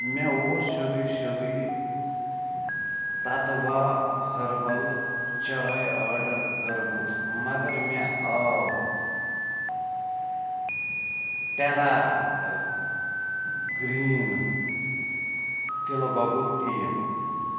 مےٚ اوس سیوٚدُے سیوٚدُے تَتوا ہربل چاے آرڈر کٔرمٕژ مگر مےٚ آو ٹٮ۪را گرٛیٖن تِلہٕ گۄگُل تیٖل